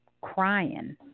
crying